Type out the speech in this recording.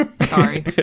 Sorry